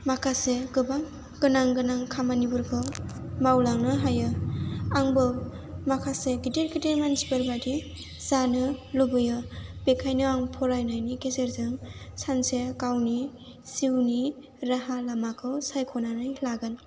माखासे गोबां गोनां गोनां खामानिफोरखौ मावलांनो हायो आंबो माखासे गिदिर गिदिर मानसिफोरबादि जानो लुबैयो बेखायनो आं फरायनायनि गेजेरजों सानसे गावनि जिउनि राहा लामाखौ सायख'नानै लागोन